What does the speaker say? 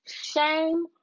shame